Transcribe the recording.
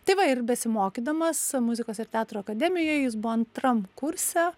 tai va ir besimokydamas muzikos ir teatro akademijoj jis buvo antram kurse